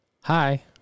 Hi